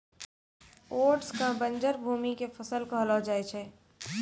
oats कॅ बंजर भूमि के फसल कहलो जाय छै